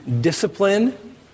discipline